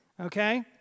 okay